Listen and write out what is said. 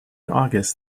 august